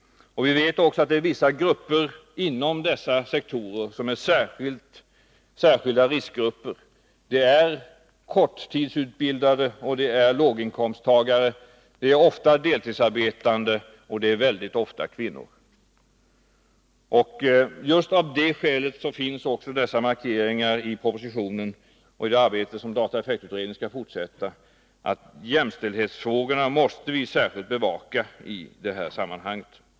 Vi vet också att det är vissa grupper inom dessa sektorer som är särskilda riskgrupper. Det är korttidsutbildade, och det är låginkomsttagare. Det är ofta deltidsarbetande, och det är väldigt ofta kvinnor. Just av det skälet finns också dessa markeringar i propositionen att jämställdhetsfrågorna måste särskilt bevakas i det arbete som bl.a. dataeffektutredningen skall fortsätta.